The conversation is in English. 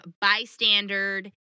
bystander